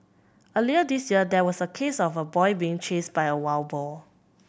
earlier this year there was a case of a boy being chased by a wild boar